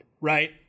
right